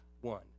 one